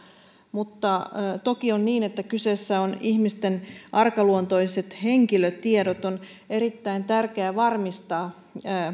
mutta toki on niin että kyseessä ovat ihmisten arkaluontoiset henkilötiedot on erittäin tärkeää varmistaa